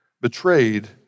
betrayed